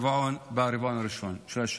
ברבעון הראשון של השנה.